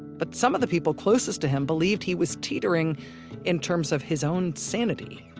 but some of the people closest to him believed he was teetering in terms of his own sanity